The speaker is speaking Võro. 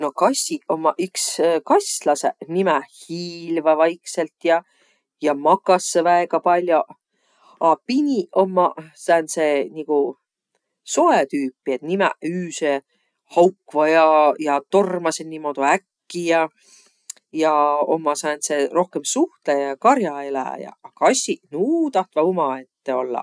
No kassiq ommaq iks kas'lasõq. Nimäq hiil'vaq vaiksõlt ja. Ja makassõq väega pall'o. A piniq ommaq sääntseq niguq soe tüüpi et nimäq üüse haukvaq ja ja tormasõq niimoodu äkki ja. Ja ommaq sääntseq rohkõmb suhtlõja ja kar'aeläjäq. Kassiq, nuuq tahtvaq umaette ollaq.